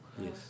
Yes